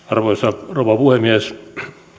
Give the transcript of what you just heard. arvoisa rouva puhemies